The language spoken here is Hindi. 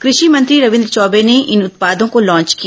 कृषि मंत्री रविंद्र चौबे ने इन उत्पादों को लॉन्च किया